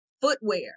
Footwear